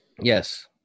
Yes